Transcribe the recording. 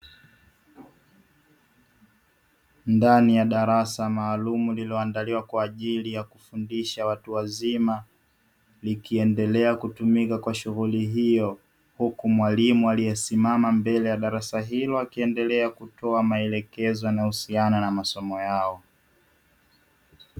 Ndani ya darasa maalumu lililoandaliwa kwa ajili ya kufundisha watu wazima, likiendelea kutumika kwa ajili ya shughuli hiyo huku mwalimu aliyesimama mbele ya darasa hilo akiendelea kutoa maelekezo kuhusiana na elimu hiyo.